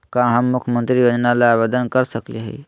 का हम मुख्यमंत्री योजना ला आवेदन कर सकली हई?